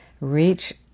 Reach